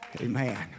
Amen